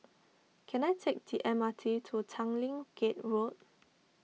can I take the M R T to Tanglin Gate Road